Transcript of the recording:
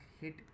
hit